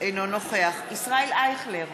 אינו נוכח ישראל אייכלר,